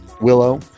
Willow